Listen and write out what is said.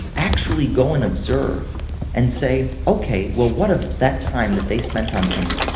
actually go and observe and say, okay, what what if that time that they spent on things,